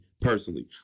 personally